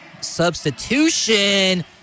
substitution